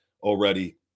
already